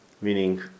Meaning